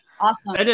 Awesome